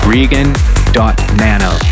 Regan.nano